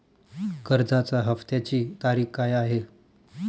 कर्जाचा हफ्त्याची तारीख काय आहे?